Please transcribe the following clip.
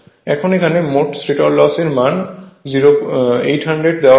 এখন এখানে মোট স্টেটর লস এর মান 800 ওয়াট দেওয়া হয়েছে